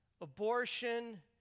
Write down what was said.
abortion